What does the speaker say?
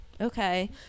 Okay